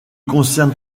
concerne